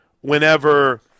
whenever